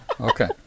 Okay